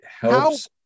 helps